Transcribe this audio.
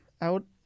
out